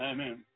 Amen